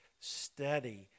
steady